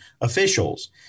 officials